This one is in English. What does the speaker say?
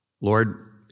Lord